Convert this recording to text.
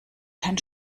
kein